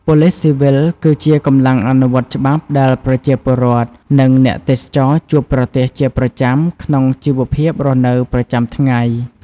ប៉ូលិសស៊ីវិលគឺជាកម្លាំងអនុវត្តច្បាប់ដែលប្រជាពលរដ្ឋ និងអ្នកទេសចរជួបប្រទះជាប្រចាំក្នុងជីវភាពរស់នៅប្រចាំថ្ងៃ។